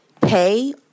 pay